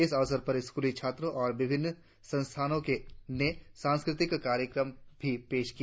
इस अवसर पर स्कूली छात्रों और विभिन्न संस्थानों ने सांस्कृतिक कार्यक्रम भी पेश किया